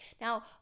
Now